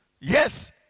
Yes